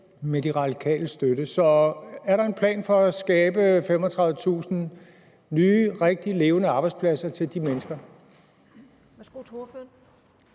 med De Radikales støtte. Så er der en plan for at skabe 35.000 nye, rigtige, levende arbejdspladser til de mennesker?